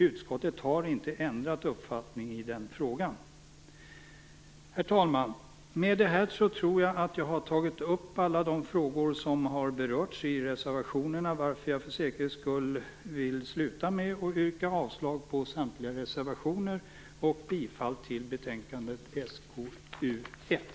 Utskottet har inte ändrat uppfattning i frågan. Herr talman! Med detta tror jag att jag har tagit upp alla de frågor som har berörts i reservationerna, varför jag för säkerhets skull vill sluta med att yrka avslag på samtliga reservationer och bifall till betänkandet SkU1.